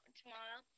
tomorrow